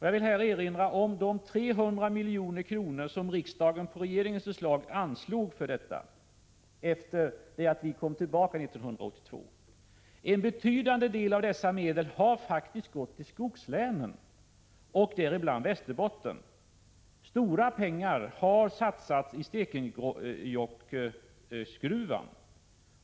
Jag vill här erinra om de 300 miljoner som riksdagen på regeringens förslag anslog för detta ändamål efter det att vi kom tillbaka 1982. En betydande del av dessa medel har faktiskt gått till skogslänen, och däribland Västerbotten. Stora pengar har satsats på Stekenjokkgruvan.